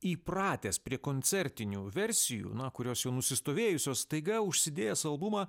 įpratęs prie koncertinių versijų na kurios jau nusistovėjusios staiga užsidėjęs albumą